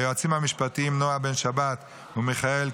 היועצים המשפטיים נעה בן שבת ומיכאל קוסאשווילי,